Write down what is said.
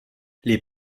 les